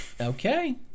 Okay